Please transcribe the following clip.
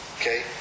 Okay